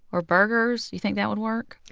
or burgers you think that would work?